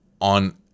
on